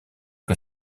que